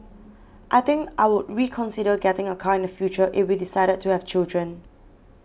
I think I would reconsider getting a car in the future if we decided to have children